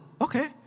Okay